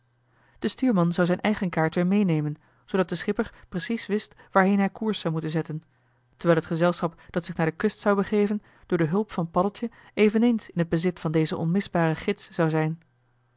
de stuurman zou zijn eigen kaart weer meenemen zoodat de schipper precies wist waarheen hij koers zou moeten zetten terwijl het gezelschap dat zich naar de kust zou begeven door de hulp van paddeltje eveneens in het bezit van dezen onmisbaren gids zou zijn